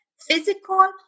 physical